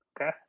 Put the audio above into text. Okay